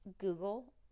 Google